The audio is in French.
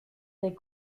des